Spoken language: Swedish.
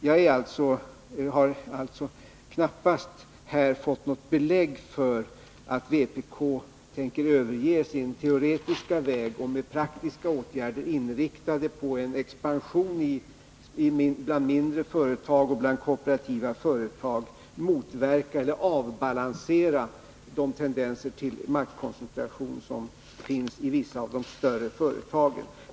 Jag har knappast här fått något belägg för att vpk tänker överge sin teoretiska väg och med praktiska åtgärder, inriktade på en expansion bland mindre företag och kooperativa företag, avbalansera de tendenser till maktkoncentration som finns i vissa av de större företagen.